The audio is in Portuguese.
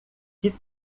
que